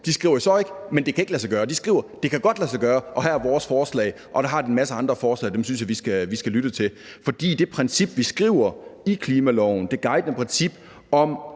skriver de ikke, at det ikke kan lade sig gøre – de skriver: Det kan godt lade sig gøre, og her er vores forslag. De har en masse andre forslag, og dem synes jeg vi skal lytte til. For det guidende princip, vi skriver ind i klimaloven, om også at kigge på